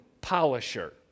polisher